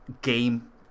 game